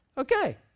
Okay